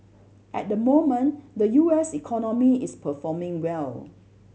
at the moment the U S economy is performing well